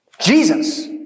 Jesus